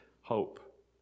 hope